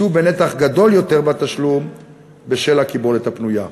יישאו בנתח גדול יותר בתשלום בשל הקיבולת הפנויה.